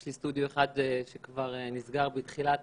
יש לי סטודיו אחד שכבר נסגר בתחילת